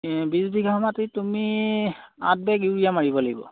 বিছ বিঘা মাটিত তুমি আঠ বেগ ইউৰিয়া মাৰিব লাগিব